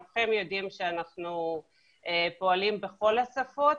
רובכם יודעים שאנחנו פועלים בכל השפות